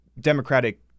Democratic